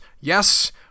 Yes